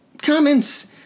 comments